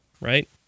right